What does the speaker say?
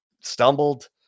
stumbled